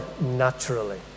naturally